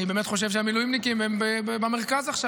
אני באמת חושב שהמילואימניקים הם במרכז עכשיו.